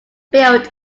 built